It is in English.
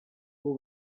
who